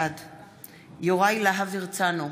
בעד יוראי להב הרצנו,